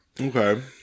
Okay